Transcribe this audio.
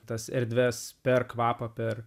tas erdves per kvapą per